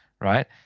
right